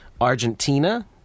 Argentina